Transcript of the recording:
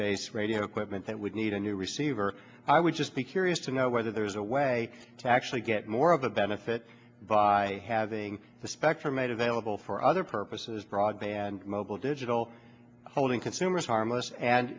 base radio equipment that would need a new receiver i would just be curious to know whether there is a way to actually get more of a benefit by having the spectrum made available for other purposes broadband mobile digital holding consumers harmless and